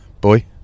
boy